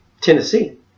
Tennessee